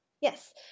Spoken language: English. Yes